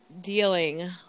dealing